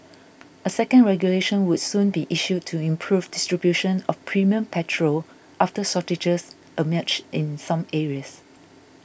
a second regulation would soon be issued to improve distribution of premium petrol after shortages emerged in some areas